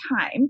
time